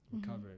recover